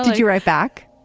did you write back?